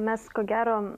mes ko gero